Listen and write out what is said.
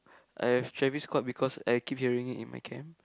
I have Travis-Scott because I keep hearing it in my camp